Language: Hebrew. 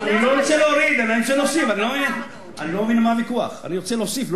אני לא רוצה להוריד, אני רוצה להוסיף.